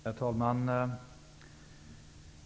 Herr talman!